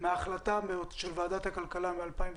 מהחלטת ועדת הכלכלה מ-2016,